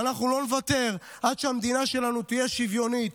ואנחנו לא נוותר עד שהמדינה שלנו תהיה שוויונית,